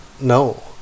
no